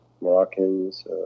Moroccans